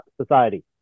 society